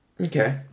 Okay